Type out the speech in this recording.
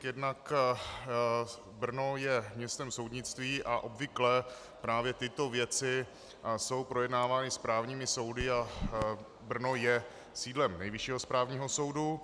Jednak Brno je městem soudnictví a obvykle právě tyto věci jsou projednávány správními soudy a Brno je sídlem Nejvyššího správního soudu.